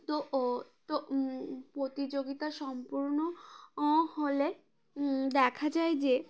তো ও তো প্রতিযোগিতা সম্পূর্ণ ও হলে দেখা যায় যে